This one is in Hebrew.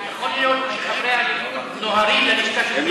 יכול להיות שחברי הליכוד נוהרים ללשכה של, ?